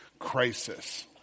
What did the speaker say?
Crisis